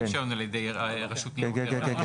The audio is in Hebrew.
כן.